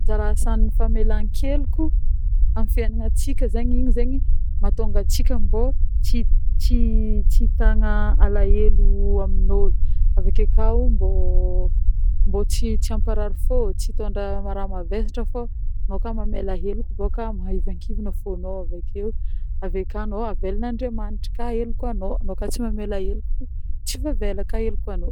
Anjara asan'ny famelan-keloko amin'ny fiegnantsika zegny igny zegny mahatonga antsika mbô tsy tsy hitagna alaelo amin'ôlo avy akeo koà mbô mbô tsy tsy amparary fô tsy hitondra raha mavesatra fô anô koa mamela heloko bôka mahivankivagna fônô avekeo, avekao anô avelan'Andriamanitry koa helokanô anô koa tsy mamela heloko tsy voavela koà helokonô.